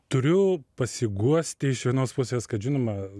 turiu pasiguosti iš vienos pusės kad žinoma